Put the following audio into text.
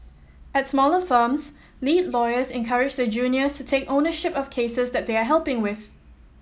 at smaller firms lead lawyers encourage their juniors to take ownership of cases that they are helping with